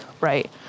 Right